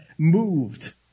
moved